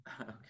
Okay